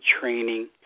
training